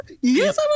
yes